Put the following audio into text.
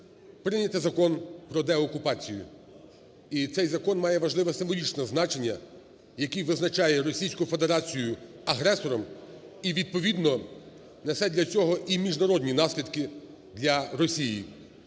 прийняти Закон про деокупацію. І цей закон має символічне значення, який визначає Російську Федерацію агресором і відповідно несе для цього і міжнародні наслідки для Росії.